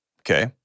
Okay